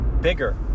bigger